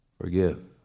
forgive